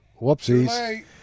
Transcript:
whoopsies